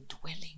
dwelling